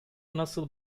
nasıl